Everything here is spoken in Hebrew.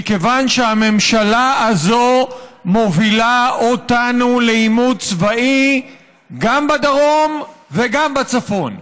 מכיוון שהממשלה הזו מובילה אותנו לעימות צבאי גם בדרום וגם בצפון.